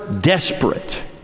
desperate